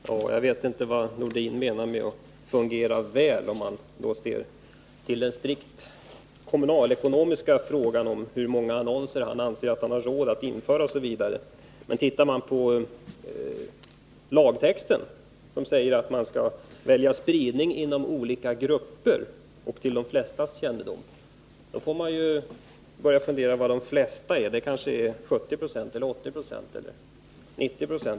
Herr talman! Jag vet inte vad herr Nordin menar med att fungera väl, om han ser till den strikt kommunalekonomiska frågan, dvs. hur många annonser han anser att man har råd att införa osv. Lagtexten säger att man skall välja spridning inom olika grupper och se till att informationen kommer till de flestas kännedom. Ser man på den texten får man börja fundera över vad ”de flestas” är. Det kanske är 70 eller 80 eller 90 96.